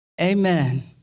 amen